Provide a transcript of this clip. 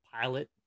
pilot